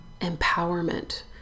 empowerment